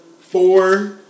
four